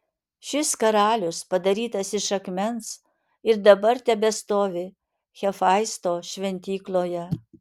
šis karalius padarytas iš akmens ir dabar tebestovi hefaisto šventykloje